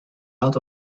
out